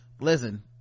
listen